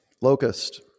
Locust